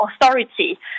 authority